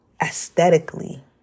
aesthetically